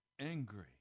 angry